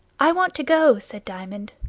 i want to go, said diamond.